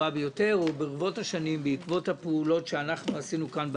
ברבות השנים, בעקבות הפעולות שעשינו כאן בארץ,